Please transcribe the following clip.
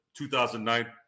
2009